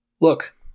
Look